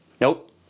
nope